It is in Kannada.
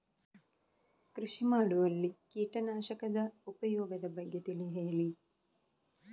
ಕೃಷಿ ಮಾಡುವಲ್ಲಿ ಕೀಟನಾಶಕದ ಉಪಯೋಗದ ಬಗ್ಗೆ ತಿಳಿ ಹೇಳಿ